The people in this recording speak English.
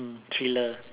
thriller